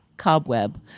cobweb